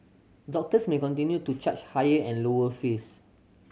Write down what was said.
doctors may continue to charge higher and lower fees